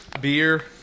Beer